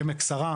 עמק שרה.